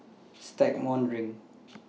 Stagmont Ring